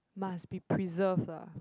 must be preserved ah